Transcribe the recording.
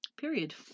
period